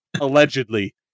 allegedly